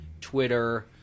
Twitter